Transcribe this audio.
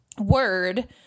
word